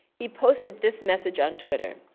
he posted this message on twitter.